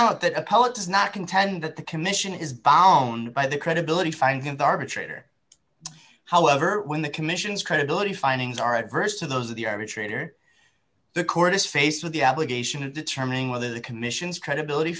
out that appellate does not contend that the commission is bolland by the credibility finding of the arbitrator however when the commission's credibility findings are adverse to those of the arbitrator the court is faced with the obligation of determining whether the commission's credibility